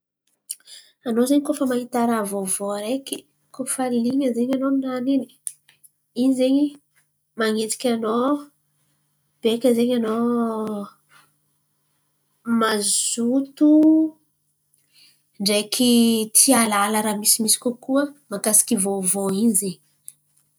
Anô zen̈y koa fa mahita raha vôvô areky, koa falin̈a zen̈y anô aminany in̈y in̈y izen̈y man̈ejiky anô. Beka zen̈y anô mazoto ndreky tia ahalala raha misimisy kokoa mahakasiky vôvô in̈y izen̈y.